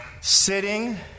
sitting